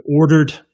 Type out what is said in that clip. ordered